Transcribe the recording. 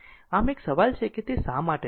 આમ આ એક સવાલ છે કે તે શા માટે છે